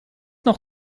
noch